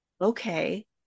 Okay